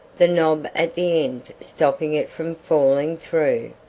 the knob at the end stopping it from falling through,